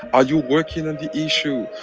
are you working on the issue?